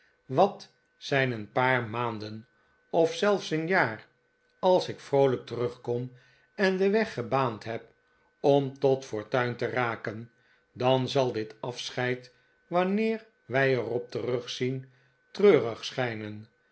wat zijn een paar maanden of zelfs een jaar als ik vroolijk terugkom en den weg gebaand heb om tot fortuin'te raken dan zal dit afscheid wanneer wij er op terugzien treurig schijnen